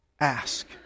Ask